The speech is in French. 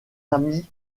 ami